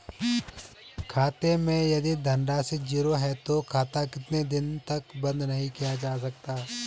खाते मैं यदि धन राशि ज़ीरो है तो खाता कितने दिन तक बंद नहीं किया जा सकता?